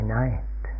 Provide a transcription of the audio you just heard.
night